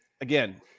again